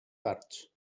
parts